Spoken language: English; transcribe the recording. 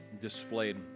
displayed